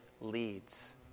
leads